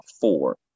four